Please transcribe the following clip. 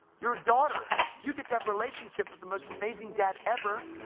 you're a daughter! you can have relationship with the most amazing dad ever